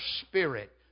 spirit